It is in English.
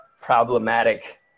problematic